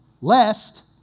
lest